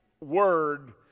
word